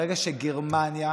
ברגע שגרמניה,